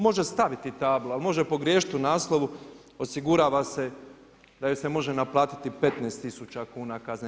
Može staviti tabla, a može pogriješiti u naslova, osigurava se, da joj se može naplatiti 15 tisuća kuna kazne.